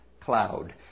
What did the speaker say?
cloud